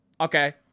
Okay